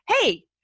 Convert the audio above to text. hey